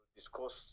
discuss